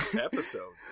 episode